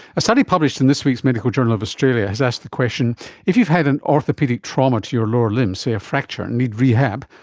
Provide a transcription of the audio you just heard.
a study published in this week's medical journal of australia has asked the question if you've had an orthopaedic trauma to your lower limb, say a fracture, and need rehab,